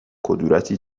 کدورتی